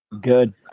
Good